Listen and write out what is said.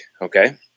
Okay